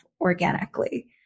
organically